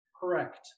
Correct